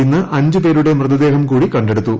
ഇന്ന് അഞ്ച് പേരുടെ മൃതദേഹം കൂടി കണ്ടെടുത്തു